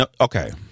okay